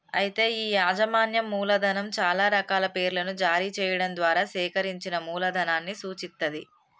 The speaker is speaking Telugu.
అయితే ఈ యాజమాన్యం మూలధనం చాలా రకాల పేర్లను జారీ చేయడం ద్వారా సేకరించిన మూలధనాన్ని సూచిత్తది